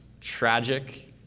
tragic